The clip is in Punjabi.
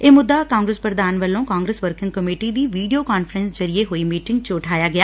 ਇਹ ਮੁੱਦਾ ਕਾਂਗਰਸ ਪੁਧਾਨ ਵੱਲੋਂ ਕਾਂਗਰਸ ਵਰਕਿੰਗ ਕਮੇਟੀ ਦੀ ਵੀਡੀਓ ਕਾਨਫਰੰਸ ਜ਼ਰੀਏ ਮੀਟਿੰਗ ਚ ਉਠਾਇਆ ਗਿਆ